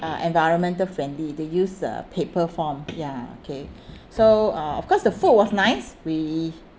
uh environmental friendly they use uh paper form ya okay so uh of course the food was nice we